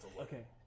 okay